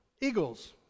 Eagles